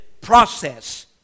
process